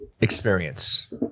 experience